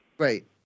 Right